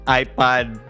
ipad